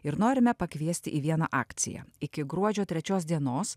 ir norime pakviesti į vieną akciją iki gruodžio trečios dienos